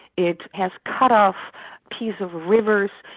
it has cut off pieces of rivers,